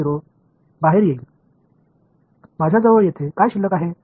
நான் இங்கே என்ன மீதி வைத்துள்ளேன்